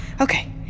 okay